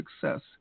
success